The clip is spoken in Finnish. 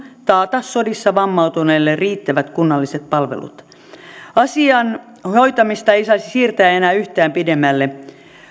taata sodissa vammautuneille riittävät kunnalliset palvelut asian hoitamista ei saisi siirtää enää yhtään pidemmälle